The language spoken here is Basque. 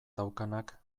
daukanak